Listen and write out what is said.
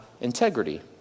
integrity